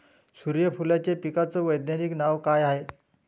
सुर्यफूलाच्या पिकाचं वैज्ञानिक नाव काय हाये?